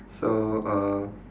so uh